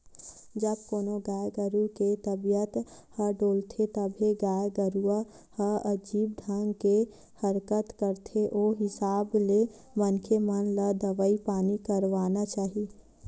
जब कोनो गाय गरु के तबीयत ह डोलथे तभे गाय गरुवा ह अजीब ढंग ले हरकत करथे ओ हिसाब ले मनखे मन ल दवई पानी करवाना चाही